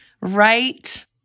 right